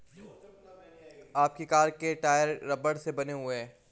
आपकी कार के टायर रबड़ से बने हुए हैं